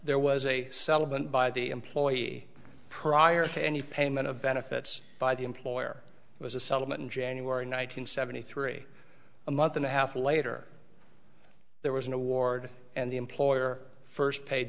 there was a settlement by the employee prior to any payment of benefits by the employer was a settlement in january nine hundred seventy three a month and a half later there was an award and the employer first pa